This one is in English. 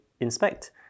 inspect